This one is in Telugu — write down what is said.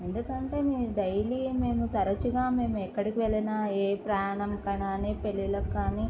ఎందుకంటే మీ డైలీ మేము తరచుగా మేము ఎక్కడికి వెళ్ళినా ఏ ప్రయాణం కానీ పెళ్ళిల్లకి కానీ